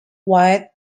white